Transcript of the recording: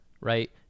right